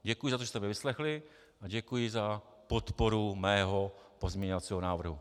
Děkuji za to, že jste mě vyslechli, a děkuji za podporu mého pozměňovacího návrhu.